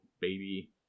baby